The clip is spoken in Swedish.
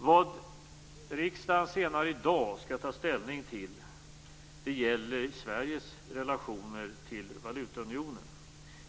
Vad riksdagen senare i dag skall ta ställning till gäller Sveriges relationer till valutaunionen.